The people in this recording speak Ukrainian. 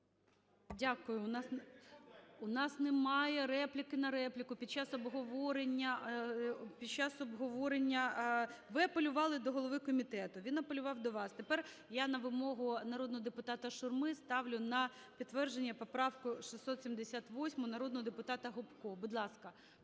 Дякую. У нас немає репліки на репліку під час обговорення. Ви апелювали до голови комітету, він апелював до вас. Тепер я на вимогу народного депутата Шурми ставлю на підтвердження поправку 678-у народного депутата Гопко. Будь ласка,